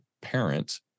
parent